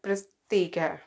ਪ੍ਰਤੀਕ ਹੈ